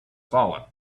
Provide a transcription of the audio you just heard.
falling